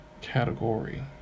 category